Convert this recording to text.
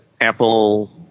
Apple